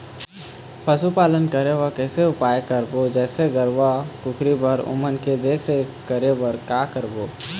पशुपालन करें बर कैसे उपाय करबो, जैसे गरवा, कुकरी बर ओमन के देख देख रेख करें बर का करबो?